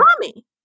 Mommy